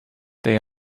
they